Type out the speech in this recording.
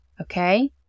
okay